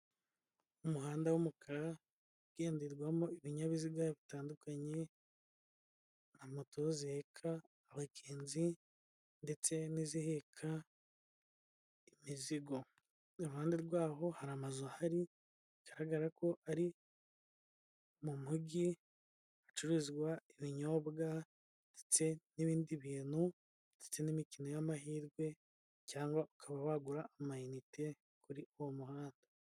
Umuhanda w'umukara ugenderwamo ibinyabiziga bitandukanye, na moto zihereka abagenzi ndetse n'iziheka imizigo, iruhande rwaho hari amazu harigaragara ko ari mu mujyi hacuruzwa ibinyobwa ndetse n'ibindi bintu, ndetse n'imikino y'amahirwe cyangwa ukaba wagura amayinite kuri uwo muhanda.